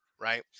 Right